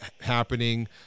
happening